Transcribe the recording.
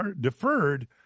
deferred